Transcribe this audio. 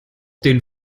denen